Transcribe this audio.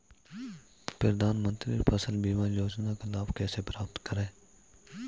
प्रधानमंत्री फसल बीमा योजना का लाभ कैसे प्राप्त करें?